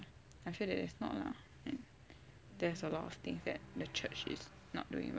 I feel that it's not lah there's a lot of things that the church is not doing well